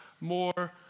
more